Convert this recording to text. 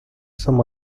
some